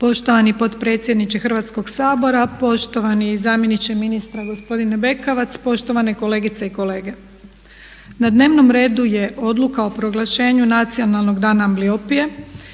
Poštovani potpredsjedniče Hrvatskoga sabora, poštovani zamjeniče ministra gospodine Bekavac, poštovane kolegice i kolege. Na dnevnom redu je Odluka o proglašenju Nacionalnog dana ambliopije.